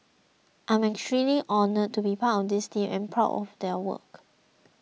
I'm extremely honoured to be part of this team and am proud of their work